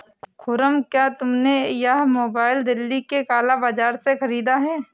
खुर्रम, क्या तुमने यह मोबाइल दिल्ली के काला बाजार से खरीदा है?